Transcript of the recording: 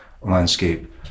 landscape